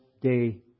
day